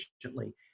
efficiently